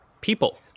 People